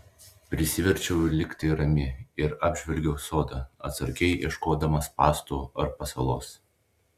prisiverčiau likti rami ir apžvelgiau sodą atsargiai ieškodama spąstų ar pasalos